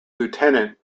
lieutenant